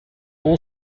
all